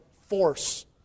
force